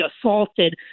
assaulted